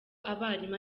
abarimu